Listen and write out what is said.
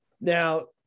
Now